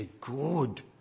good